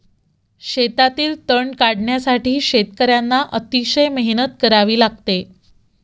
शेतातील तण काढण्यासाठी शेतकर्यांना अतिशय मेहनत करावी लागते